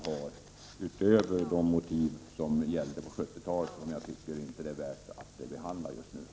Jag bortser då från de motiv som gällde på 70-talet som jag inte tycker att det är värt att behandla just nu.